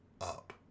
up